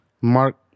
Mark